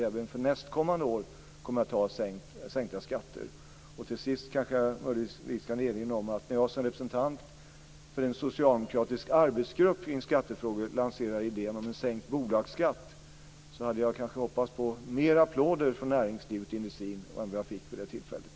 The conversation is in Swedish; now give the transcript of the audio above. Även för nästkommande år kommer det att vara sänkta skatter. Till sist kan jag kanske erinra om att jag som representant för en socialdemokratisk arbetsgrupp i skattefrågor lanserat idén om sänkt bolagsskatt. Jag hade kanske hoppats på mer av applåder från näringslivet för det än vad jag fick vid det tillfället.